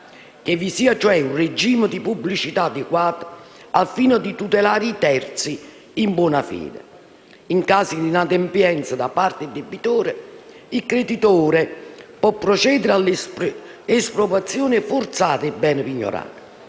che vi sia un regime di pubblicità adeguato al fine di tutelare i terzi in buona fede. In caso di inadempienza da parte del debitore, il creditore può procedere all'espropriazione forzata del bene pignorato.